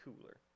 cooler